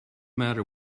matter